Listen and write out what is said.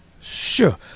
Sure